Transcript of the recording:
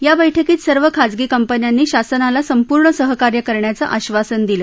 या बैठकीत सर्व खाजगी कंपन्यांनी शासनाला संपूर्ण सहकार्य करण्याचं आश्वासन दिलं